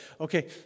Okay